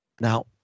Now